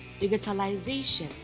Digitalization